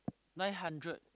nine hundred